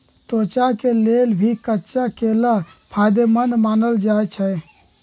त्वचा के लेल भी कच्चा केला फायेदेमंद मानल जाई छई